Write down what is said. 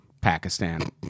Pakistan